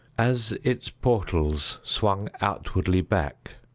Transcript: as its portals swung outwardly back,